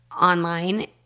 online